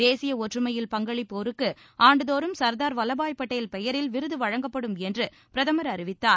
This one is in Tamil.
தேசிய ஒற்றுமையில் பங்களிப்போருக்கு ஆண்டுதோறும் சர்தார் வல்லபாய் பட்டேல் பெயரில் விருது வழங்கப்படும் என்று பிரதமர் அறிவித்தார்